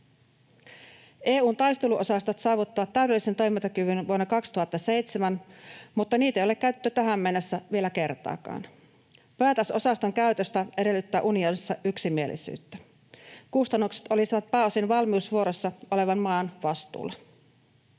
EU:n taisteluosastot saavuttivat täydellisen toimintakyvyn vuonna 2007, mutta niitä ei ole käytetty tähän mennessä vielä kertaakaan. Päätös osaston käytöstä edellyttää unionissa yksimielisyyttä. Kustannukset olisivat pääosin valmiusvuorossa olevan maan vastuulla.